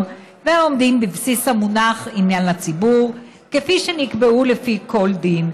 והעומדים בבסיס המונח עניין לציבור כפי שנקבעו לפי כל דין,